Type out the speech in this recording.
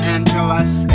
Angeles